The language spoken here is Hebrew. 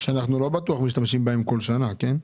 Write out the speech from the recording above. שאנחנו לא בטוח משתמשים בהם כל שנה, כן?